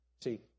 See